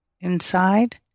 inside